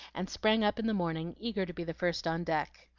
and sprang up in the morning, eager to be the first on deck.